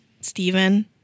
Stephen